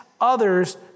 others